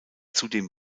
zudem